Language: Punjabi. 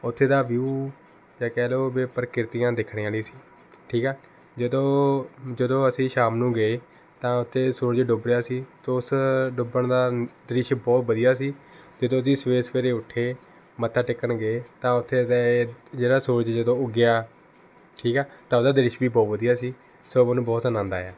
ਉੱਥੇ ਦਾ ਵਿਊ ਜਾਂ ਕਹਿ ਲਉ ਵੀ ਪ੍ਰਕਿਰਤੀਆਂ ਦੇਖਣ ਵਾਲੀਆਂ ਸੀ ਠੀਕ ਆ ਜਦੋਂ ਜਦੋਂ ਅਸੀਂ ਸ਼ਾਮ ਨੂੰ ਗਏ ਤਾਂ ਉੱਥੇ ਸੂਰਜ ਡੁੱਬ ਰਿਹਾ ਸੀ ਤਾਂ ਉਸ ਡੁੱਬਣ ਦਾ ਦ੍ਰਿਸ਼ ਬਹੁਤ ਵਧੀਆ ਸੀ ਅਤੇ ਜਦੋਂ ਜੀ ਸਵੇਰੇ ਸਵੇਰੇ ਉੱਠੇ ਮੱਥਾ ਟੇਕਣ ਗਏ ਤਾਂ ਉੱਥੇ ਦੇ ਜਿਹੜਾ ਸੂਰਜ ਜਦੋਂ ਉੱਗਿਆ ਠੀਕ ਆ ਤਾਂ ਉਹਦਾ ਦ੍ਰਿਸ਼ ਵੀ ਬਹੁਤ ਵਧੀਆ ਸੀ ਸੋ ਮੈਨੂੰ ਬਹੁਤ ਆਨੰਦ ਆਇਆ